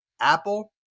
Apple